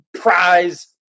prize